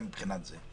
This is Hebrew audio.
גם מבחינות אחרות.